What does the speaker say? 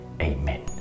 amen